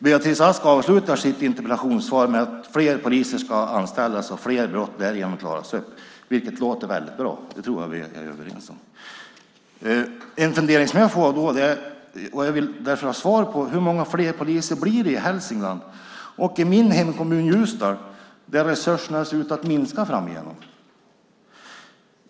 Beatrice Ask avslutar sitt interpellationssvar med att fler poliser ska anställas och fler brott därigenom klaras upp, vilket låter väldigt bra. Det tror jag att vi är överens om. En fundering som jag har, och som jag gärna vill ha svar på, är hur många fler poliser det blir i Hälsingland och min hemkommun Ljusdal där resurserna ser ut att minska framöver.